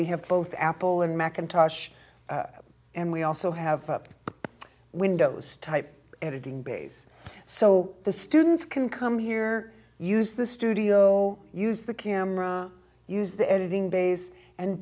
we have both apple and macintosh and we also have windows type editing bays so the students can come here use the studio use the camera use the editing base and